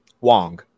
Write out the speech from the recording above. Wong